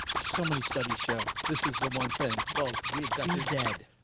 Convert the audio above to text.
so many studies show. this is the one thing. well, we had dr. dead,